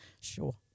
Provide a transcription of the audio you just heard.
Sure